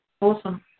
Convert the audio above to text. Awesome